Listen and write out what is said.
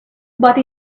but